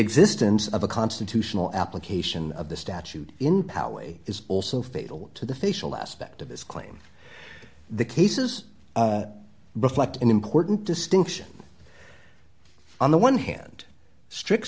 existence of a constitutional application of the statute in power is also fatal to the facial aspect of this claim the case is reflected in important distinction on the one hand strict